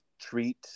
treat